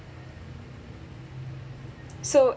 so